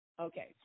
Okay